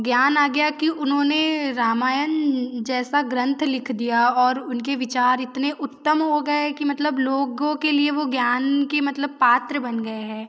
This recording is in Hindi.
ज्ञान आ गया कि उन्होंने रामायण जैसा ग्रंथ लिख दिया और उनके विचार इतने उत्तम हो गए कि मतलब लोगों के लिए वो ज्ञान के मतलब पात्र बन गए हैं